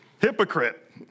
hypocrite